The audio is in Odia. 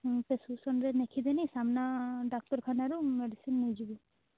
ସେ ପ୍ରେସ୍କ୍ରିପସନ୍ରେ ଲେଖି ଦେନି ସାମ୍ନା ଡାକ୍ତରଖାନାରୁ ମେଡ଼ିସିନ୍ ନେଇଯିବୁ